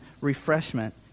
refreshment